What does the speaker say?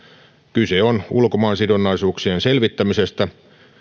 kyse on ulkomaansidonnaisuuksien selvittämisestä